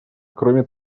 кроме